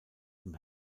dem